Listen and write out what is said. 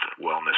wellness